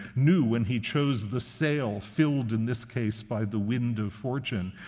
knew when he chose the sail, filled in this case by the wind of fortune,